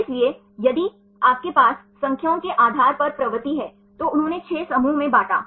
इसलिए यदि आपके पास संख्याओं के आधार पर प्रवृत्ति है तो उन्होंने 6 समूहों में बांटा